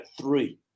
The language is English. three